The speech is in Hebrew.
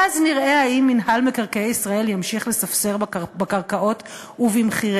ואז נראה האם מינהל מקרקעי ישראל ימשיך לספסר בקרקעות ובמחיריהן.